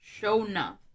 Shona